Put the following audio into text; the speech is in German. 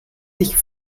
dich